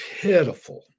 pitiful